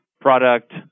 product